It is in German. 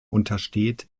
untersteht